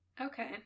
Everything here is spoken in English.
Okay